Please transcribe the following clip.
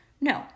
No